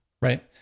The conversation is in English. Right